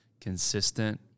consistent